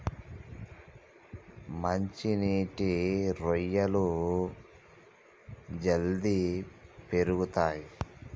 మంచి నీటి రొయ్యలు జల్దీ పెరుగుతయ్